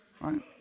Right